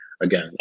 Again